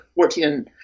14